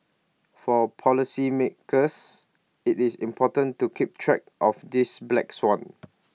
for policy makers IT is important to keep track of this black swan